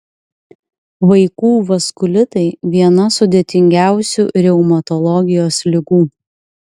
vaikų vaskulitai viena sudėtingiausių reumatologijos ligų